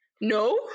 no